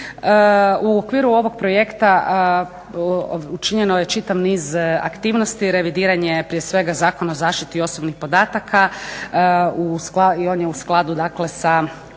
U okviru ovog projekta učinjeno je čitav niz aktivnosti, revidiranje prije svega Zakona o zaštiti osobnih podataka i on je u skladu, dakle